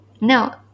Now